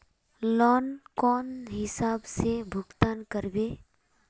Loan कौन हिसाब से भुगतान करबे?